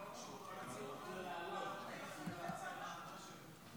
אין חוק שאומר שחייבים לענות כשפונים אליך.